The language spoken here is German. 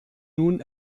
nun